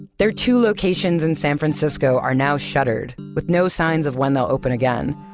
their two locations in san francisco are now shuttered, with no signs of when they'll open again.